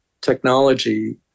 technology